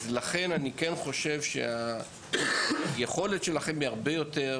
אז לכן אני כן חושב שהיכולת שלכם היא הרבה יותר